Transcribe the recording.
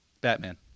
batman